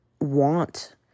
want